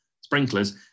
sprinklers